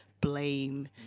blame